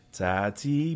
tati